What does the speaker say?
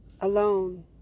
alone